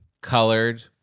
colored